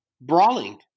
brawling